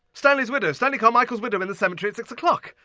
stanley's widow! stanley carmichael's widow in the cemetery at six o'clock!